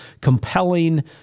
compelling